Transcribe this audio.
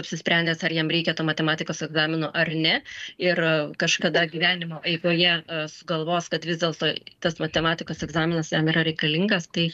apsisprendęs ar jam reikia to matematikos egzamino ar ne ir kažkada gyvenimo eigoje sugalvos kad vis dėlto tas matematikos egzaminas jam yra reikalingas tai